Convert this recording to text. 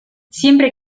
siempre